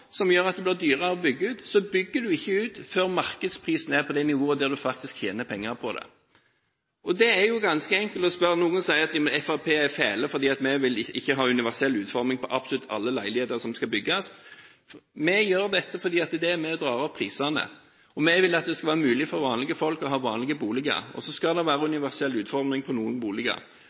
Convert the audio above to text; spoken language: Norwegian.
som gjør at det blir dyrere å bygge ut, så bygger man ikke ut før markedsprisen er på det nivået der man faktisk tjener penger på det. Det er ganske enkelt. Noen sier at vi i Fremskrittspartiet er fæle fordi vi ikke vil ha universell utforming på absolutt alle leiligheter som skal bygges. Vi gjør dette fordi det er med på å dra opp prisene. Vi vil at det skal være mulig for vanlige folk å ha vanlige boliger, og så skal det være universell utforming på noen boliger.